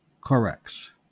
corrects